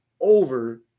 over